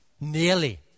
nearly